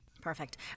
Perfect